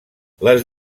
les